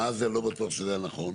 מה זה לא בטוח שזה היה נכון?